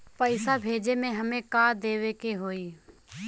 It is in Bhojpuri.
पैसा भेजे में हमे का का देवे के होई?